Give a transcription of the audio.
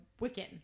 Wiccan